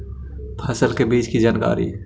फसल के बीज की जानकारी?